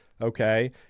okay